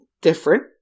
different